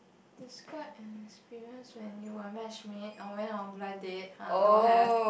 describe an experience when you were matchmaked or went on a blind date [huh] don't have